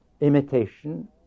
imitation